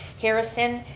harrison.